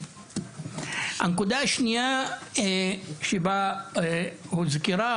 הנקודה השנייה שהוזכרה